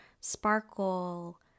sparkle